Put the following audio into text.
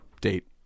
date